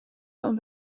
van